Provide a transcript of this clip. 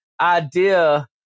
idea